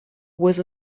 with